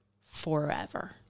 forever